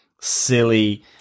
silly